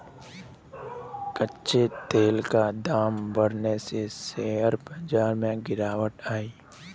कच्चे तेल का दाम बढ़ने से शेयर बाजार में गिरावट आई